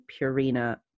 Purina